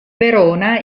verona